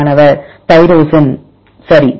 மாணவர் டைரோசின் சரி